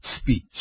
speech